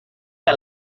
que